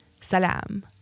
Salam